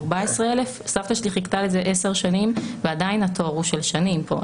14,000. סבתא לי חיכתה לזה עשר שנים ועדיין התור הוא של שנים פה,